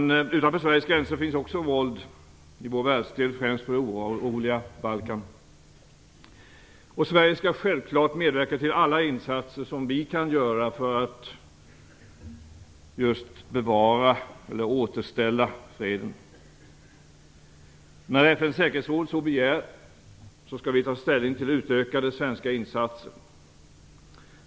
Också utanför Sveriges gränser finns det våld i vår världsdel, främst på det oroliga Balkan. Sverige skall självklart medverka till alla insatser som vi kan göra för att bevara eller återställa freden. När FN:s säkerhetsråd så begär, skall vi ta ställning till utökade svenska insatser.